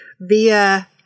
via